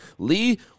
Lee